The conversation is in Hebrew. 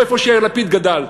לא איפה שיאיר לפיד גדל.